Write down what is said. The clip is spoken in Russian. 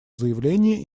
заявление